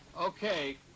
Okay